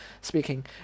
speaking